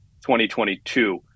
2022